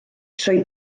trwy